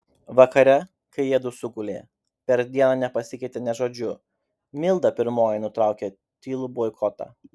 vakare kai jiedu sugulė per dieną nepasikeitę nė žodžiu milda pirmoji nutraukė tylų boikotą